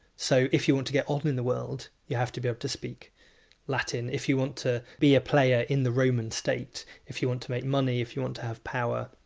so if you want to get on in in the world you have to be able to speak latin if you want to be a player in the roman state, if you want to make money, if you want to have power,